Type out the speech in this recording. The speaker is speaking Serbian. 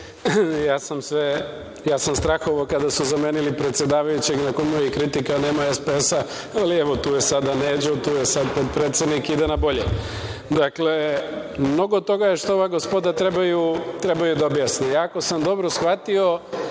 sam, kada su zamenili predsedavajućeg, nakon mojih kritika da nema SPS, ali evo tu je sada Neđo, tu je sada potpredsednik, ide na bolje. Dakle, mnogo toga je što ova gospoda treba da objasne. Ako sam dobro shvatio,